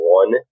one